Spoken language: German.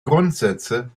grundsätze